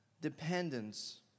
dependence